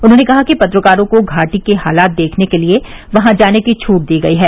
उन्होंने कहा कि पत्रकारों को घाटी के हालात देखने के लिए वहां जाने की छूट दी गई है